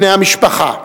בני המשפחה,